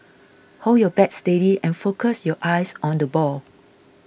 hold your bat steady and focus your eyes on the ball